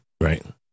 right